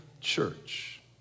church